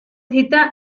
cita